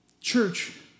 Church